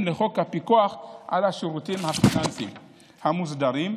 לחוק הפיקוח על השירותים הפיננסיים המוסדרים,